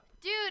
Dude